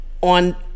On